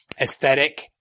aesthetic